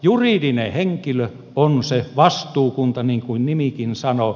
juridinen henkilö on se vastuukunta niin kuin nimikin sanoo